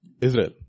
Israel